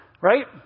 right